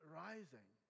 rising